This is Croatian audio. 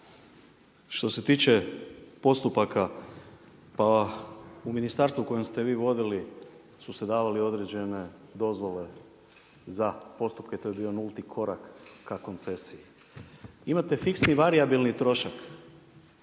što se tiče postupaka, pa u ministarstvu koje ste vi vodili su se davale određene dozvole za postupke. To je bio nulti korak ka koncesiji. Imate fiksni i varijabilni trošak.